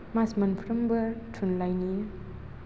माच मोनफ्रोमबो थुनलाइनि